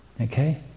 Okay